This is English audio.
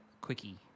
Quickie